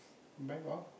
bag of